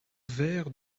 vers